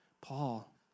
Paul